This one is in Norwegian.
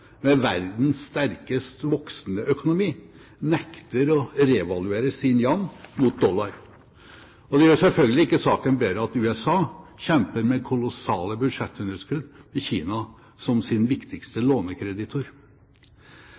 med verdens sterkest voksende økonomi, nekter å revaluere sin yuan mot dollar. Og det gjør selvfølgelig ikke saken bedre at USA kjemper med kolossale budsjettunderskudd med Kina som sin viktigste lånekreditor.